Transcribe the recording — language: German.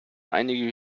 einige